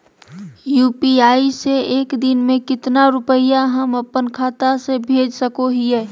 UPI से एक दिन में कितना रुपैया हम अपन खाता से भेज सको हियय?